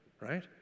right